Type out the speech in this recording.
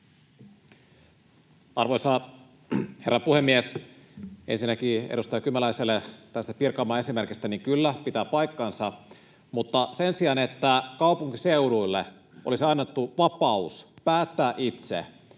Arvoisa herra puhemies! Ensinnäkin edustaja Kymäläiselle Pirkanmaan esimerkistä: Kyllä, pitää paikkansa, mutta sen sijaan, että kaupunkiseuduille olisi annettu vapaus päättää itse,